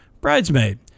Bridesmaid